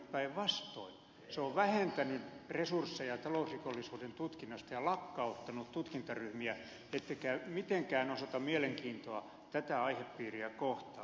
se on vähentänyt resursseja talousrikollisuuden tutkinnasta ja lakkauttanut tutkintaryhmiä ettekä mitenkään osoita mielenkiintoa tätä aihepiiriä kohtaan